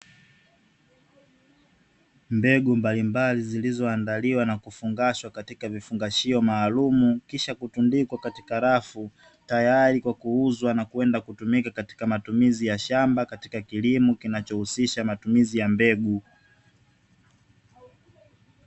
Mbegu mbalimbali zilizoandaliwa na kufungashwa katika vifungashio maalumu, kisha kutundikwa katika rafu tayari kwa kuuzwa na kwenda kutumika katika matumizi ya shamba katika kilimo kinachohusisha matumizi ya mbegu.